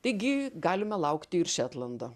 taigi galime laukti ir šetlando